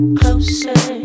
closer